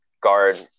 guard